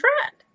friend